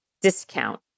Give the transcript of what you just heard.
discount